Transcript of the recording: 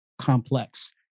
complex